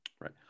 Right